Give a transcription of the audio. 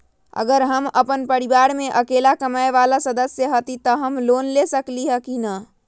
अगर हम अपन परिवार में अकेला कमाये वाला सदस्य हती त हम लोन ले सकेली की न?